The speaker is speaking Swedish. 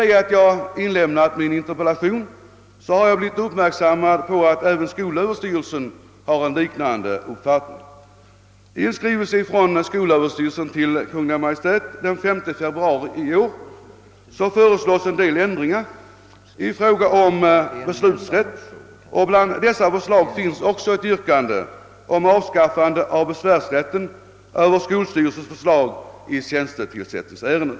Sedan jag framställt min interpellation har jag blivit uppmärksammad på att även skolöverstyrelsen har en liknande uppfattning. I skrivelse från skolöverstyrelsen till Kungl. Maj:t av den 5 februari i år föreslås en del ändringar i fråga om beslutsrätt, och bland dessa förslag finnes också ett yrkande om avskaffande av besvärsrätten över skolstyrelses förslag i tjänstetillsättningsärenden.